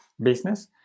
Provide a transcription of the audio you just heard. business